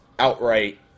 Outright